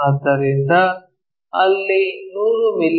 ಆದ್ದರಿಂದ ಅಲ್ಲಿ 100 ಮಿ